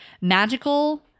magical